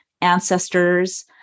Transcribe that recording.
ancestors